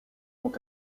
dont